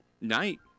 night